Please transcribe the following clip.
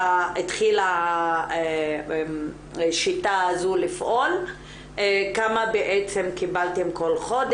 התחילה השיטה הזו לפעול, כמה בעצם קיבלתם כל חודש?